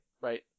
right